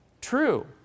true